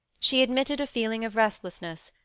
she admitted a feeling of restlessness,